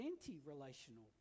anti-relational